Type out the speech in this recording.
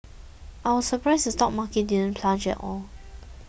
I was surprised the stock market didn't plunge at all